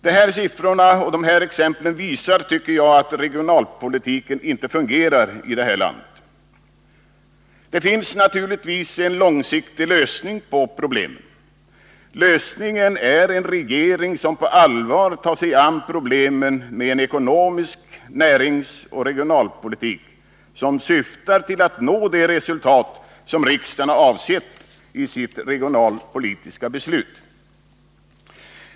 De här siffrorna och de här exemplen visar, tycker jag, att regionalpolitiken inte fungerar här i landet. Det finns naturligtvis en långsiktig lösning på problemen. Lösningen är en regering som på allvar tar sig an problemen med en ekonomisk politik och en näringsoch regionalpolitik som syftar till att nå det resultat som riksdagen har avsett i sitt regionalpolitiska beslut.